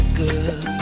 good